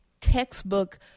textbook